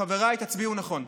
חבריי, תצביעו נכון.